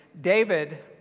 David